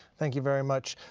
thank you very much.